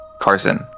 Carson